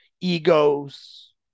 egos